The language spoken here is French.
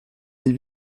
les